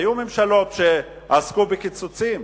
היו ממשלות שעסקו בקיצוצים,